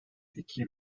iki